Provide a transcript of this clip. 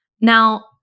Now